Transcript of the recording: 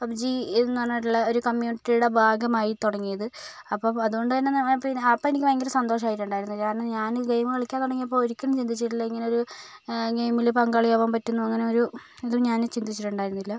pub G എന്ന് പറഞ്ഞിട്ടുള്ള ഒരു കമ്മ്യൂണിറ്റിയുടെ ഭാഗമായി തുടങ്ങിയത് അപ്പം അതു കൊണ്ടുതന്നെ അങ്ങനെ പിന്നെ അപ്പോൾ എനിക്ക് ഭയങ്കര സന്തോഷമായിട്ടുണ്ടായിരുന്നു കാരണം ഞാൻ ഗെയിം കളിക്കാൻ തുടങ്ങിയപ്പോൾ ഒരിക്കലും ചിന്തിച്ചിട്ടില്ല ഇങ്ങനെയൊരു ഗെയിമിൽ പങ്കാളിയാകാൻ പറ്റുമെന്നോ അങ്ങനെ ഒരു ഇതും ഞാൻ ചിന്തിച്ചിട്ടുണ്ടായിരുന്നില്ല